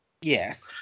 Yes